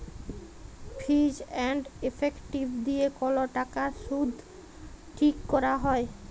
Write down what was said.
fees and effective দিয়ে কল টাকার শুধ ঠিক ক্যরা হ্যয়